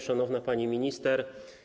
Szanowna Pani Minister!